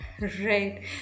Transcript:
Right